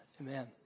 Amen